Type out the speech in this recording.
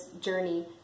journey